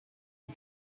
les